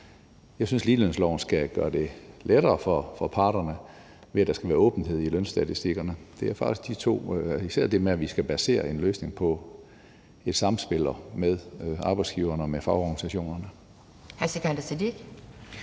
jeg synes, at ligelønsloven skal gøre det lettere for parterne, ved at der skal være åbenhed i lønstatistikkerne. Det er faktisk de to ting – især det med, at vi skal basere en løsning på et samspil med arbejdsgiverne og fagorganisationerne.